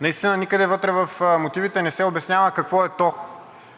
Наистина никъде вътре в мотивите не се обяснява какво е то